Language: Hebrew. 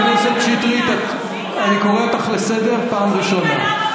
חברת הכנסת שטרית, אני קורא אותך לסדר פעם ראשונה.